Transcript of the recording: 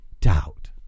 doubt